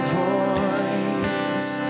voice